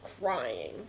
crying